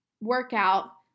Workout